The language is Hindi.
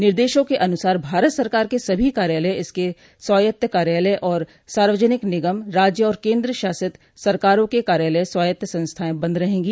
निर्देशों के अनुसार भारत सरकार के सभी कार्यालय इसके स्वायत्त कार्यालय और सार्वजनिक निगम राज्य और केन्द्र शासित सरकारों के कार्यालय स्वायत्त संस्थाएं बंद रहेगी